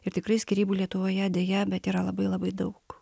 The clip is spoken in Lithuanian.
ir tikrai skyrybų lietuvoje deja bet yra labai labai daug